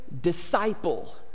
Disciple